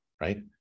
right